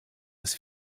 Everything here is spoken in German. das